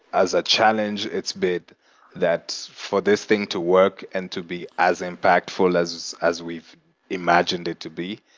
as a challenge, it's bit that for this thing to work and to be as impactful as as we've imagined it to be,